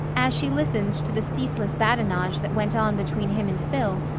as she listened to the ceaseless badinage that went on between him and phil,